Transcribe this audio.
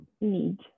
need